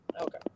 okay